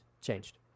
changed